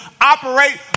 operate